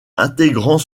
intégrant